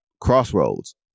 crossroads